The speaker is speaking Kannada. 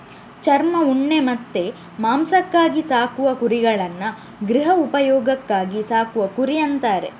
ಚರ್ಮ, ಉಣ್ಣೆ ಮತ್ತೆ ಮಾಂಸಕ್ಕಾಗಿ ಸಾಕುವ ಕುರಿಗಳನ್ನ ಗೃಹ ಉಪಯೋಗಕ್ಕಾಗಿ ಸಾಕುವ ಕುರಿ ಅಂತಾರೆ